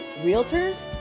realtors